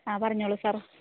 ആ പറഞ്ഞോളൂ സാറ്